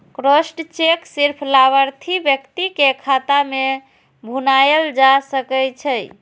crossed cheque सिर्फ लाभार्थी व्यक्ति के खाता मे भुनाएल जा सकै छै